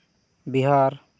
Bihar